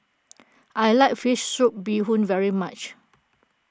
I like Fish Soup Bee Hoon very much